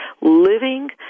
living